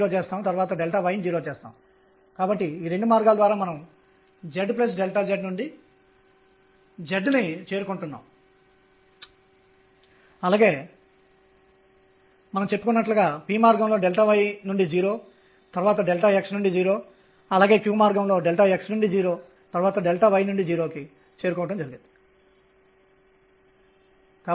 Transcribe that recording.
ఇప్పుడు Bohr model ద్వారా n 0 అనేది 0 యాంగులర్ మొమెంటం కోణీయ ద్రవ్యవేగం ను సూచిస్తుంది